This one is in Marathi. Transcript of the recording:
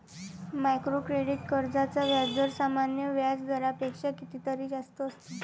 मायक्रो क्रेडिट कर्जांचा व्याजदर सामान्य व्याज दरापेक्षा कितीतरी जास्त असतो